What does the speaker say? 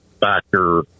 factor